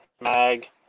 mag